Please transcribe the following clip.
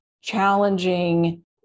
challenging